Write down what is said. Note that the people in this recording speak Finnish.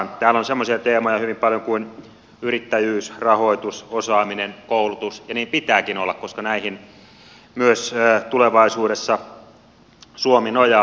täällä on semmoisia teemoja hyvin paljon kuin yrittäjyys rahoitus osaaminen koulutus ja niin pitääkin olla koska näihin myös tulevaisuudessa suomi nojaa